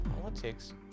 politics